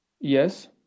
Yes